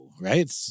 Right